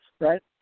Right